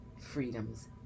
freedoms